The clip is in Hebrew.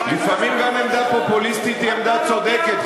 לפעמים גם עמדה פופוליסטית היא עמדה צודקת,